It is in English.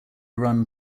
run